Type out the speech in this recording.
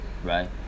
Right